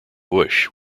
bush